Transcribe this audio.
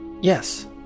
yes